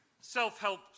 Self-help